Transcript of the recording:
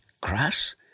grass